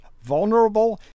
vulnerable